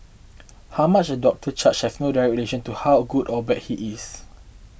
how much a doctor charges has no direct relation to how good or bad he is